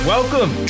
Welcome